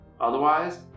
Otherwise